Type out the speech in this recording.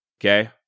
okay